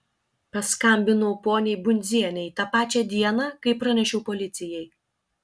paskambinau poniai bundzienei tą pačią dieną kai pranešiau policijai